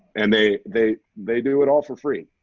and they they they do it all for free.